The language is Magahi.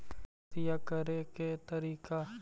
खेतिया करेके के तारिका?